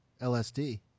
LSD